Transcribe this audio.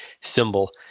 symbol